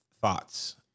thoughts